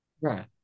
Right